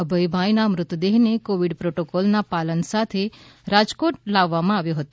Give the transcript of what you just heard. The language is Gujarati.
અભયભાઈના મૃતદેહને કોવિડ પ્રોટોકોલના પાલન સાથે રાજકોટ લાવવામાં આવ્યો હતો